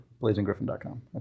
BlazingGriffin.com